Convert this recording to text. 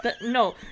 No